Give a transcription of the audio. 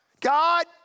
God